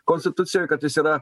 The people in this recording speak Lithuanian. konstitucijoj kad jis yra